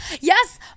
Yes